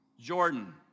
Jordan